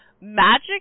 magic